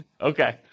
Okay